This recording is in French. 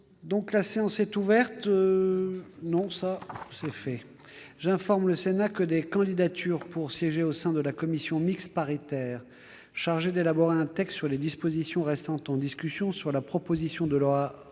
dans l'analyse politique du scrutin. J'informe le Sénat que des candidatures pour siéger au sein de la commission mixte paritaire chargée d'élaborer un texte sur les dispositions restant en discussion sur la proposition de loi relative